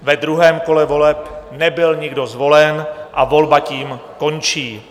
Ve druhém kole voleb nebyl nikdo zvolen a volba tím končí.